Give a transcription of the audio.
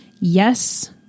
yes